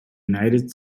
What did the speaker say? united